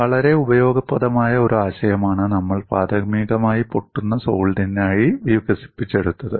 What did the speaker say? വളരെ ഉപയോഗപ്രദമായ ഒരു ആശയമാണ് നമ്മൾ പ്രാഥമികമായി പൊട്ടുന്ന സോളിഡിനായി വികസിപ്പിച്ചെടുത്തത്